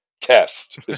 test